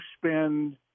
spend